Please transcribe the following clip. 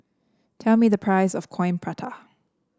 tell me the price of Coin Prata